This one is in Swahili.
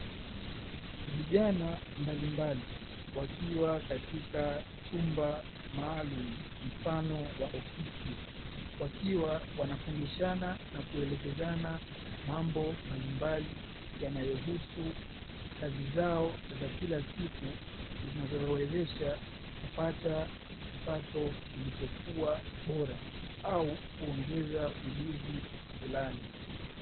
Vijana mbalimbali wakiwa katika chumba maalumu mfano wa ofisi, wakiwa wanafundishana na kuelekezana mambo mbalimbali yanayohusu kazi zao za kila siku zinazowawezesha kupata kipato kilichokuwa bora au kuongeza ujuzi fulani.